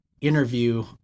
interview